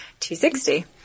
260